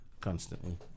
constantly